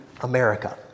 America